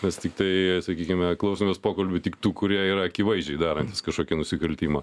mes tiktai sakykime klausomės pokalbių tik tų kurie yra akivaizdžiai darantys kažkokį nusikaltimą